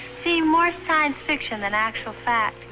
seemed more science fiction than actual fact.